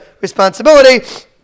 responsibility